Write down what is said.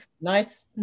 nice